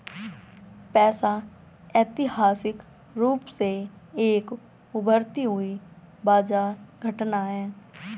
पैसा ऐतिहासिक रूप से एक उभरती हुई बाजार घटना है